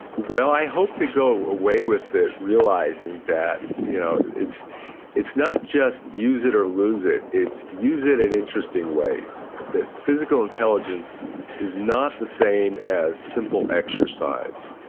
well, i hope they go away with it, realizing that you know it's it's not just use it or lose it, it's use it in interesting ways, that physical intelligence is not the same as simple exercise,